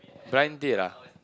blind date ah